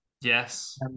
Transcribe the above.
yes